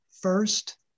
first